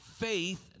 faith